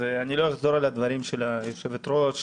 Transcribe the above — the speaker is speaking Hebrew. אני לא אחזור על הדברים של היושבת ראש,